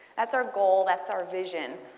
that's our goal, that's our vision.